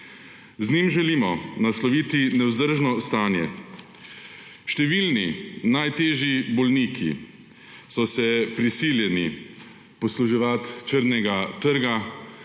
Z njim želimo nasloviti nevzdržno stanje. Številni najtežji bolniki so se priseljeni posluževati črnega trga